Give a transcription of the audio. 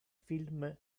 film